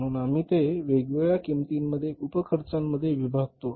म्हणून आम्ही ते वेगवेगळ्या किंमतींमध्ये उपखर्चामध्ये विभागतो